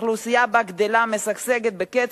האוכלוסייה בה גדלה, משגשגת בקצב,